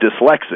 dyslexic